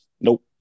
Nope